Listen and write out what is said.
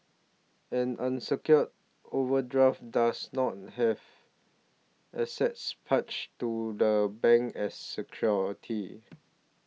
an unsecured overdraft does not have assets parched to the bank as security